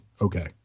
Okay